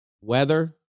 weather